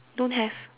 don't have